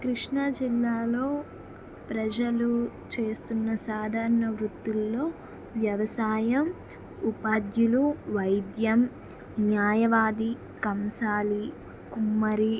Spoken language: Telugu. కృష్ణాజిల్లాలో ప్రజలు చేస్తున్న సాధారణ వృత్తుల్లో వ్యవసాయం ఉపాద్యులు వైద్యం న్యాయవాది కంసాలి కుమ్మరి